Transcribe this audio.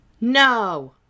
No